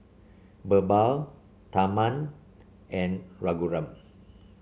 BirbaL Tharman and Raghuram